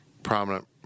Prominent